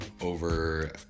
over